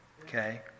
Okay